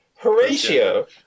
Horatio